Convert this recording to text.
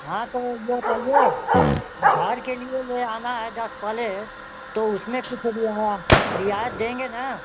हाँ तो ये बताइए घर के लिए ले आना है दस पलेट तो उसमें कुछ रिआ रियायत देंगे न